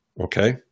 Okay